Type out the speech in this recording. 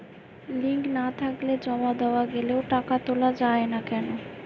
Link না থাকলে জমা দেওয়া গেলেও টাকা তোলা য়ায় না কেন?